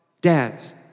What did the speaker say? dads